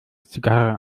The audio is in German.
zigarre